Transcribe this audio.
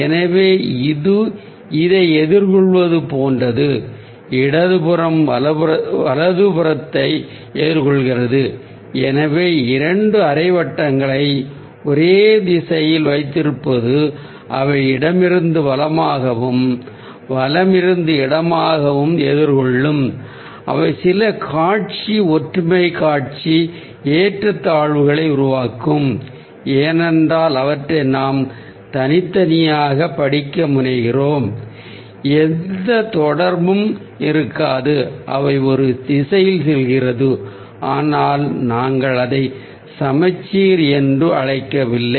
எனவே இது இதை பார்ப்பது போன்றது இடதுபுறம் வலதுபுறத்தை பார்க்கிறது எனவே இரண்டு அரை வட்டங்களை ஒரே திசையில் வைத்திருப்பது அவை இடமிருந்து வலமாகவும் வலமிருந்து இடமாகவும் எதிர்கொள்ளும் போது அவை சில காட்சி ஒற்றுமை அதாவது காட்சி ஏற்றத்தாழ்வுகளை உருவாக்கும் ஏனென்றால் அவற்றை நாம் தனித்தனியாக பார்க்க முனைகிறோம் அவற்றுக்கிடையே எந்த தொடர்பும் இருக்காது அவை ஒரு திசையில் செல்கிறது ஆனால் நாங்கள் அதை சமச்சீர் என்று அழைக்கவில்லை